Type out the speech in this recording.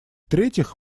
третьих